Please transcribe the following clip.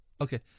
Okay